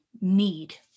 need